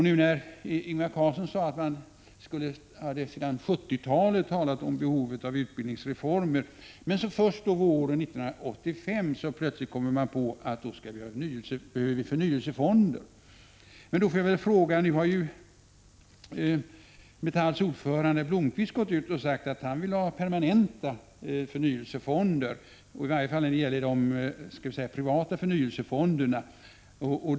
Ingvar Carlsson sade att man sedan 1970-talet talat om behovet av utbildningsreformer men först våren 1985 kommer man på, helt plötsligt, att vi behöver förnyelsefonder. Nu har Metalls ordförande Leif Blomberg sagt att han vill ha permanenta förnyelsefonder, i varje fall inom den privata sektorn.